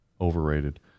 Overrated